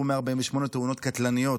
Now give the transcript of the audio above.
אירעו 148 תאונות קטלניות,